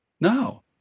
No